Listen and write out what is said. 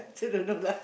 so don't know lah